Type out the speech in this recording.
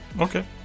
Okay